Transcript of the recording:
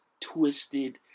twisted